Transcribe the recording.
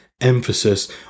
emphasis